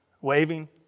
waving